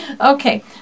okay